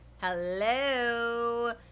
Hello